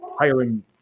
hiring –